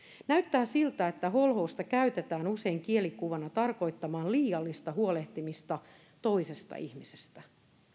näyttää siltä että holhousta käytetään usein kielikuvana tarkoittamaan liiallista huolehtimista toisesta ihmisestä